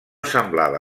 semblava